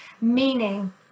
meaning